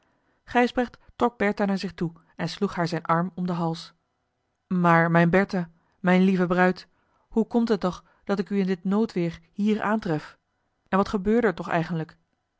gijsbrecht trok bertha naar zich toe en sloeg haar zijn arm om den hals maar mijne bertha mijne lieve bruid hoe komt het toch dat ik u in dit noodweer hier aantref en wat gebeurde er toch eigenlijk